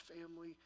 family